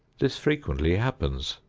this frequently happens.